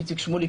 איציק שמולי,